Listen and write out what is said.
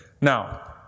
Now